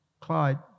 Clyde